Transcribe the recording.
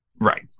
Right